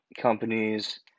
companies